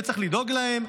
וצריך לדאוג להם,